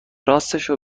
راستشو